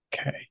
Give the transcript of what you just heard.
okay